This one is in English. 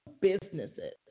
businesses